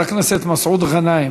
חבר הכנסת מסעוד גנאים.